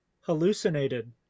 hallucinated